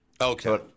Okay